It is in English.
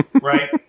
Right